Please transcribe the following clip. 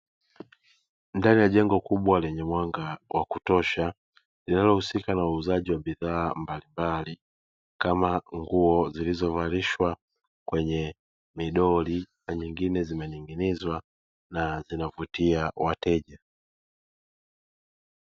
Ndani ya jengo kubwa lenye mwanga wa kutosha, linalohusika na uuzaji wa bidhaa mbalimbali, kama nguo zilizovalishwa kwenye midoli na zingine zimening’inizwa kuwavutia wateja.